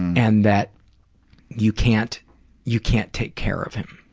and that you can't you can't take care of him.